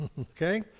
okay